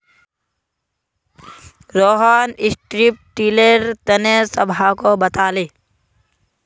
Rohan strip tiller तने सबहाको बताले